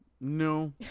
no